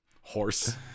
horse